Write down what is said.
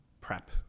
prep